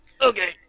Okay